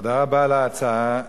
תודה רבה על ההצעה,